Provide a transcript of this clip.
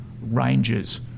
ranges